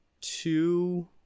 two